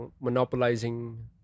monopolizing